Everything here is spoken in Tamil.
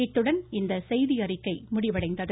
இத்துடன் இந்த செய்தியறிக்கை முடிவடைந்தது